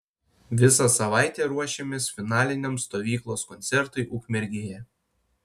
visą savaitę ruošėmės finaliniam stovyklos koncertui ukmergėje